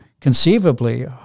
conceivably